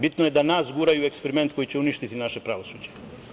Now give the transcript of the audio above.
Bitno je da nas guraju u eksperiment koji će uništiti naše pravosuđe.